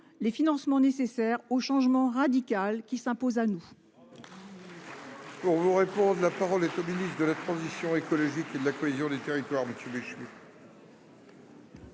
les financements nécessaires au changement radical qui s'impose à nous.